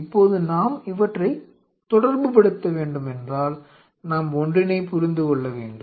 இப்போது நாம் இவற்றை தொடர்புப்படுத்த வேண்டும் என்றால் நாம் ஒன்றினைப் புரிந்து கொள்ள வேண்டும்